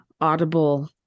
audible